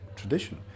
tradition